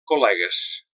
col·legues